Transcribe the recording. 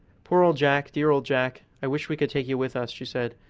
poor old jack! dear old jack! i wish we could take you with us, she said,